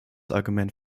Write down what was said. argument